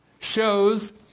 shows